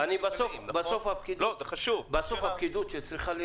זהו גם